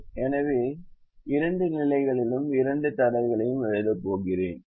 எனவே இந்த 2 நிலைகளிலும் இரண்டு தடைகளையும் எழுதப் போகிறேன்